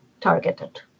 targeted